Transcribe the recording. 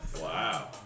Wow